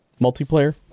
multiplayer